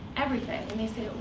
everything. and they say,